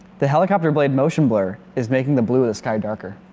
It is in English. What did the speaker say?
the helicopter blade motion blur is making the blue of the sky darker,